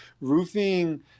roofing